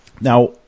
Now